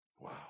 Wow